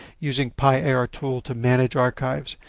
using pi error tool to manage archives,